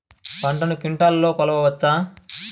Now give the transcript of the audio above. పంటను క్వింటాల్లలో కొలవచ్చా?